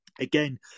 Again